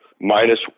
minus